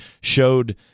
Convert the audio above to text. showed